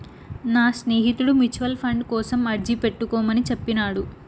నా స్నేహితుడు mutual fund కోసం అర్జీ పెట్టుకోమని చెప్పినాడు